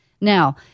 Now